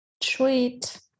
Sweet